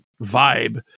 vibe